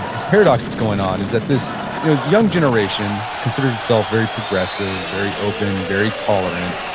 this paradox that's going on is that this you know young generation considers itself very progressive, very open, very tolerant.